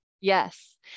Yes